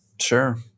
Sure